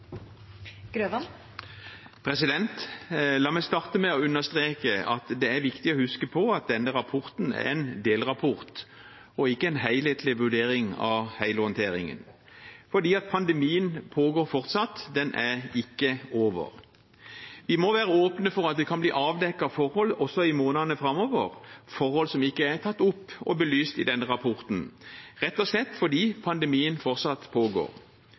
viktig å huske på at denne rapporten er en delrapport og ikke en helhetlig vurdering av hele håndteringen. Pandemien pågår fortsatt, den er ikke over. Vi må være åpne for at det kan bli avdekket forhold også i månedene framover, forhold som ikke er tatt opp og belyst i denne rapporten, rett og slett fordi pandemien fortsatt pågår.